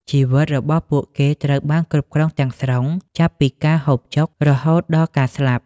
ជីវិតរបស់ពួកគេត្រូវបានគ្រប់គ្រងទាំងស្រុង ចាប់ពីការហូបចុក រហូតដល់ការស្លាប់។